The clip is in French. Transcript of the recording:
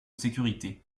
sécurité